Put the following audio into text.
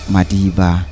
Madiba